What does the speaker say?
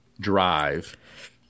drive